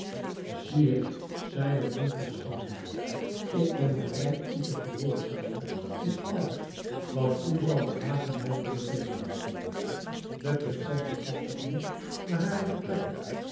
sire zeide bloem van schoonheid ik ben bereid u te gehoorzamen in alles wat u zal behagen mij te bevelen de prinses begaf zich nu naar hare vertrekken